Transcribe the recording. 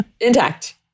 intact